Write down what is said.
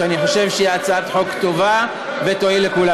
שאני חושב שהיא הצעת חוק טובה ותועיל לכולם.